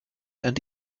and